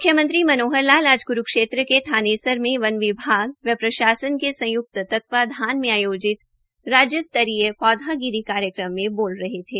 म्ख्यमंत्री मनोहर लाल आज क्रूक्षेत्र के थानेसर मे वन विभाग व प्रशासन के संय्क्त तत्वाधान में आयोजित राज्यस्तरीय पौधागिरी कार्यक्रम में बोल रहे थे